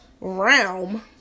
realm